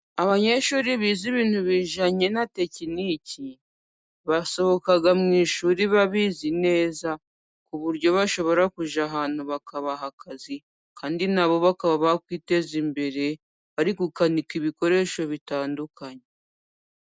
Abanyeshuri bize ibintu bijyanye na tekiniki, basohoka mu ishuri babizi neza, ku buryo bashobora kujya ahantu bakabaha akazi, kandi nabo bakaba bakwiteza imbere, bari gukanika ibikoresho bitandukanye.